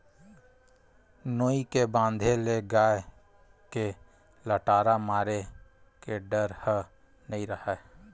नोई के बांधे ले गाय के लटारा मारे के डर ह नइ राहय